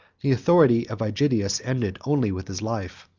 the authority of aegidius ended only with his life,